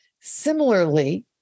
Similarly